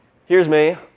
here's me,